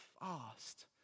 fast